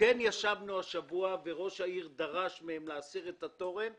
ישבנו השבוע וראש העירייה דרש מן החברות להסיר את התורן.